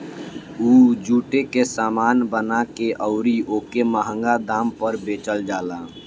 उ जुटे के सामान बना के अउरी ओके मंहगा दाम पर बेचल जाला